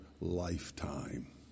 lifetime